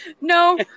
No